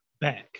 back